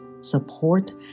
support